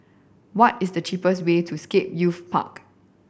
what is the cheapest way to Scape Youth Park